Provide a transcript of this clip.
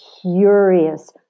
curious